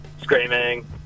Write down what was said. screaming